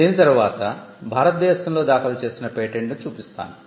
దీని తర్వాత భారత దేశంలో దాఖలు చేసిన పేటెంట్ చూపిస్తాను